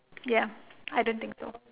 ya I don't think so